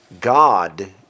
God